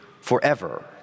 forever